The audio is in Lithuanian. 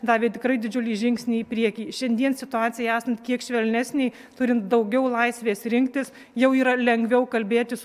davė tikrai didžiulį žingsnį į priekį šiandien situacijai esant kiek švelnesnei turint daugiau laisvės rinktis jau yra lengviau kalbėtis